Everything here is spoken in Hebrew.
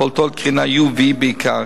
פולטות קרינת UV בעיקר,